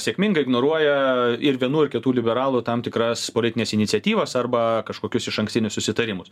sėkmingai ignoruoja ir vienų ir kitų liberalų tam tikras politines iniciatyvas arba kažkokius išankstinius susitarimus